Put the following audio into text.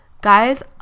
Guys